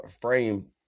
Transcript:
frame